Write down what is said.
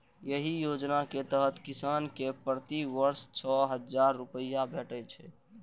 एहि योजना के तहत किसान कें प्रति वर्ष छह हजार रुपैया भेटै छै